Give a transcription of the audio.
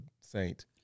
saint